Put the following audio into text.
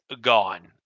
gone